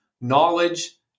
knowledge